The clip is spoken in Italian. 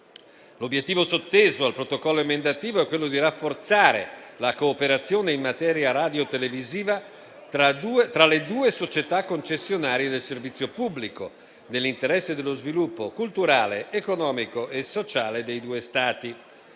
L'obiettivo sotteso al Protocollo emendativo è quello di rafforzare la cooperazione in materia radiotelevisiva tra le due società concessionarie del servizio pubblico, nell'interesse dello sviluppo culturale, economico e sociale dei due Stati.